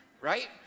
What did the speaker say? right